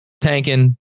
tanking